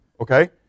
Okay